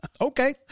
Okay